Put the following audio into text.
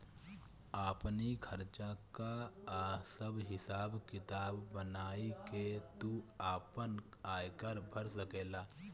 आपनी खर्चा कअ सब हिसाब किताब बनाई के तू आपन आयकर भर सकेला